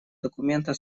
документа